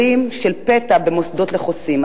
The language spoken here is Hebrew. לביקורי פתע במוסדות של חוסים.